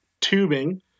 tubing